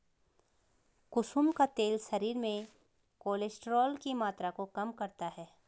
कुसुम का तेल शरीर में कोलेस्ट्रोल की मात्रा को कम करता है